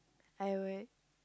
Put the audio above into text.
I will